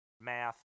math